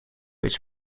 its